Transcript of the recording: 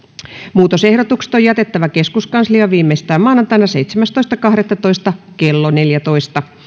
muutosehdotukset on jätettävä keskuskansliaan viimeistään maanantaina seitsemästoista kahdettatoista kaksituhattakahdeksantoista kello neljätoista